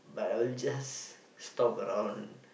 but I'll just stop around